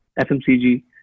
fmcg